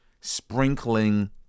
Sprinkling